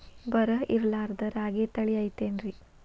ಬರ ಇರಲಾರದ್ ರಾಗಿ ತಳಿ ಐತೇನ್ರಿ?